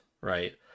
right